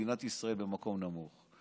במדינת ישראל יחסית במקום נמוך.